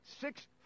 six